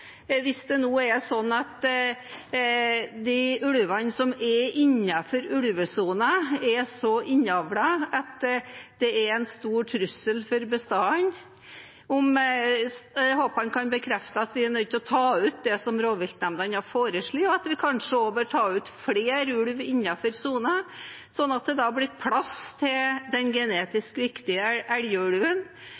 det nå er sånn at de ulvene som er innenfor ulvesonen, er så innavlet at det er en stor trussel for bestanden. Jeg håper han kan bekrefte at vi er nødt til å ta ut det som rovviltnemndene har foreslått, og at vi kanskje også bør ta ut flere ulv innenfor sonen, sånn at det blir plass til den